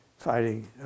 fighting